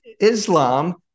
Islam